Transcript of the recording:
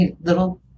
little